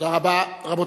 תודה רבה.